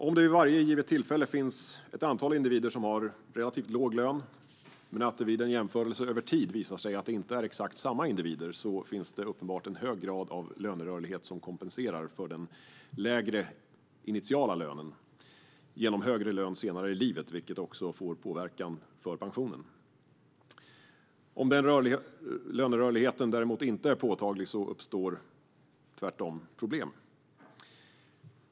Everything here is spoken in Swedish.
Om det vid varje givet tillfälle finns ett antal individer som har relativt låg lön men det vid en jämförelse över tid visar sig att det inte är exakt samma individer, då finns det uppenbart en hög grad av lönerörlighet som kompenserar för den lägre initiala lönen genom högre lön senare i livet, vilket också påverkar pensionen. Om lönerörligheten inte är påtaglig uppstår däremot problem.